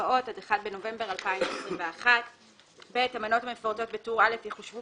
מהמרפאות עד 1 בנובמבר 2021. המנות המפורטות בטור א' יחושבו